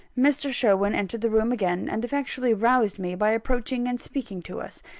mr. sherwin entered the room again, and effectually roused me by approaching and speaking to us.